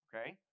okay